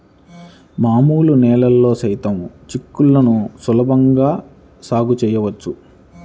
మామూలు నేలల్లో సైతం చిక్కుళ్ళని చాలా సులభంగా సాగు చేయవచ్చు